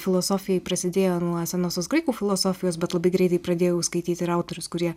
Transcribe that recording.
filosofijai prasidėjo nuo senosios graikų filosofijos bet labai greitai pradėjau skaityti ir autorius kurie